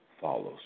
follows